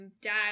dad